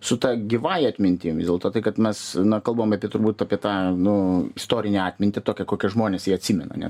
su ta gyvąja atmintim vis dėl to tai kad mes na kalbam apie turbūt apie tą nu istorinę atmintį tokią kokią žmonės jį atsimena ane